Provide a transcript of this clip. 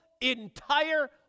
entire